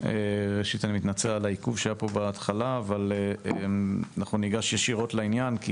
ראשית מתנצל על העיכוב אבל אנחנו ניגש ישירות לעניין כי